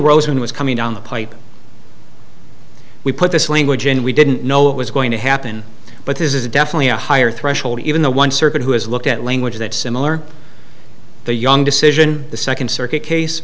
rosen was coming down the pipe we put this language in we didn't know what was going to happen but this is definitely a higher threshold even though one circuit who has looked at language that similar the young decision the second circuit case